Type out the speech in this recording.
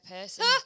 person